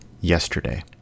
yesterday